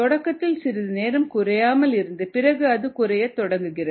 தொடக்கத்தில் சிறிது நேரம் குறையாமல் இருந்து பிறகு அது குறையத் தொடங்குகிறது